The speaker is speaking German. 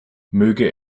möge